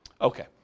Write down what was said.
Okay